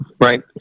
Right